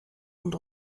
und